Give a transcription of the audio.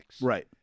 Right